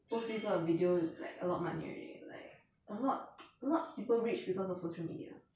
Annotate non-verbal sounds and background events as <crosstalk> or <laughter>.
post 一个 video like a lot of money already like a lot <noise> a lot people rich because of social media